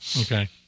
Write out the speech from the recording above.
Okay